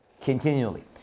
continually